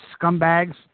scumbags